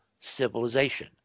civilization